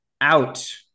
Out